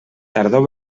tardor